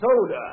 soda